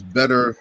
better